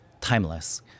timeless